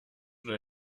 oder